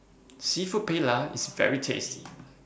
Seafood Paella IS very tasty